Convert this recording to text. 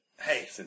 Hey